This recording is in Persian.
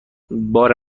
بار